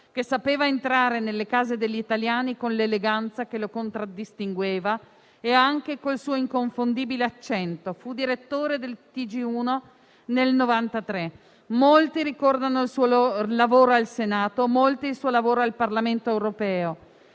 che sapeva entrare nelle case degli italiani con l'eleganza che lo contraddistingueva e anche con il suo inconfondibile accento. Fu direttore del TG1 nel 1993. Molti ricordano il suo lavoro al Senato, molti il suo lavoro al Parlamento europeo.